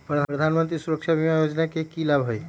प्रधानमंत्री सुरक्षा बीमा योजना के की लाभ हई?